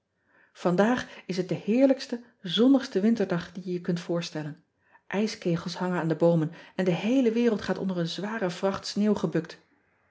andaag is het de heerlijkste zonnigste winterdag die je je kunt voorstellen skegels hangen aan de boomen en de heele wereld gaat onder een zware vracht sneeuw gebukt